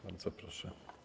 Bardzo proszę.